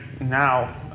now